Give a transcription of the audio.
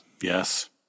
Yes